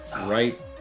right